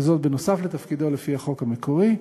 נוסף על תפקידו לפי החוק המקורי,